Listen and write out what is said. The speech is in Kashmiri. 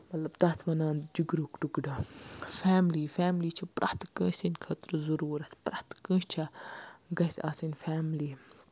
مطلب تَتھ وَنان جِگرُک ٹُکڑٕ فیملی فیملی چھِ پرٛٮ۪تھ کٲنسہِ ہِندۍ خٲطرٕ ضروٗرت پرٛٮ۪تھ کٲنسہِ چھےٚ گَژھِ آسٕنۍ فیملی